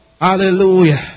Hallelujah